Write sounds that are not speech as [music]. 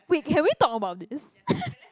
wait can we talk about this [laughs]